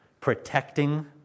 protecting